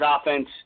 offense